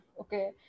okay